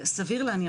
סביר להניח,